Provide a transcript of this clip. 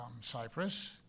Cyprus